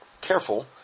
careful